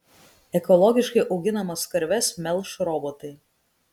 ekologiškai auginamas karves melš robotai